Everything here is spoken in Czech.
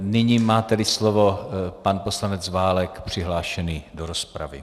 Nyní má tedy slovo pan poslanec Válek, přihlášený do rozpravy.